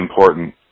important